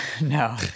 no